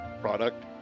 product